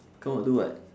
come out do what